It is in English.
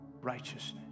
righteousness